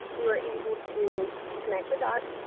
we were able to connect the dots,